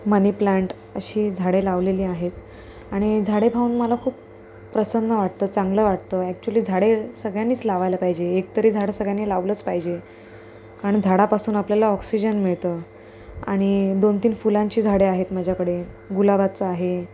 money plant अशी झाडे लावलेली आहेत आणि झाडे पाहून मला खूप प्रसन्न वाटतं चांगलं वाटतं ॲक्च्युली झाडे सगळ्यांनीच लावायला पाहिजे एकतरी झाड सगळ्यांनी लावलंच पाहिजे कारण झाडापासून आपल्याला ऑक्सिजन मिळतं आणि दोनतीन फुलांची झाडे आहेत माझ्याकडे गुलाबाचं आहे